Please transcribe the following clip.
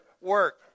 work